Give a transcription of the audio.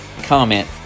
comment